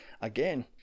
Again